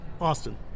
Austin